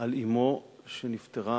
על אמו שנפטרה